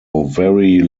very